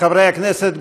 חברי הכנסת,